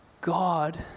God